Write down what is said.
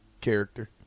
character